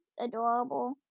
adorable